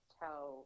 tell